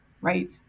Right